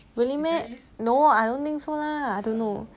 really meh no ah I don't think so lah